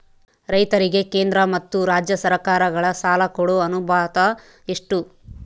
ರೈತರಿಗೆ ಕೇಂದ್ರ ಮತ್ತು ರಾಜ್ಯ ಸರಕಾರಗಳ ಸಾಲ ಕೊಡೋ ಅನುಪಾತ ಎಷ್ಟು?